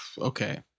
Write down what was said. Okay